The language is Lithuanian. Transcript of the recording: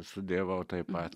studijavau taip pat